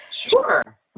Sure